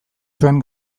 zuen